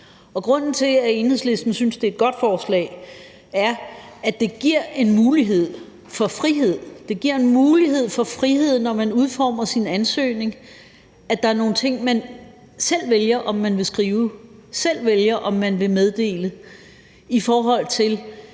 Grunden til, at Enhedslisten synes, det er et godt forslag, er, at det giver en mulighed for frihed. Det giver en mulighed for frihed, når man udformer sin ansøgning, at der er nogle ting, som man selv vælger om man vil skrive, som man selv vælger om man vil meddele i sin